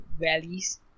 valleys